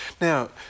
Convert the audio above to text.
Now